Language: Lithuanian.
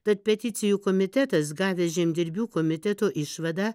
tad peticijų komitetas gavęs žemdirbių komiteto išvadą